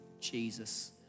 Jesus